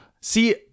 See